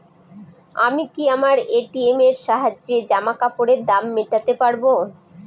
আমি কি আমার এ.টি.এম এর সাহায্যে জামাকাপরের দাম মেটাতে পারব?